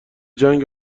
جنگ